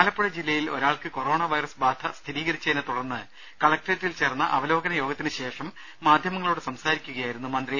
ആലപ്പുഴ ജില്ലയിൽ ഒരാൾക്ക് corona virus ബാധ സ്ഥിരീകരിച്ചതിനെ തുടർന്ന് കലക്ട്രേറ്റിൽ ചേർന്ന അവലോകന യോഗത്തിനുശേഷം മാധ്യമങ്ങളോട് സംസാരിക്കുകയായിരുന്നു മന്ത്രി